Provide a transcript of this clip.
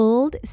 Old